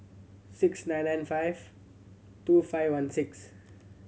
six nine nine five two five one six